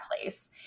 place